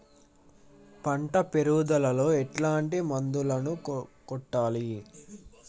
పంట పెరుగుదలలో ఎట్లాంటి మందులను కొట్టాలి?